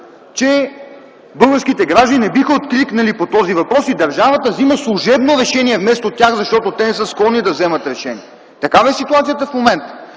че българските граждани не биха откликнали и по този въпрос държавата взема служебно решение вместо тях, защото те не са склонни да вземат решение. Такава е ситуацията в момента.